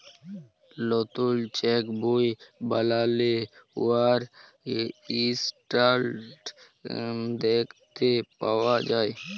লতুল চ্যাক বই বালালে উয়ার ইসট্যাটাস দ্যাখতে পাউয়া যায়